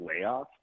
layoff